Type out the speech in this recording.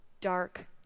dark